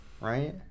right